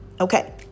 Okay